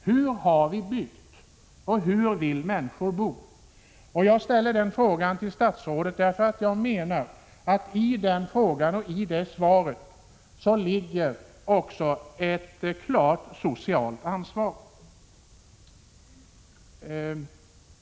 Hur har vi byggt, och hur vill människor bo? Jag ställer den frågan till statsrådet, för jag menar att i svaret på den frågan ligger också ett klart socialt ansvar.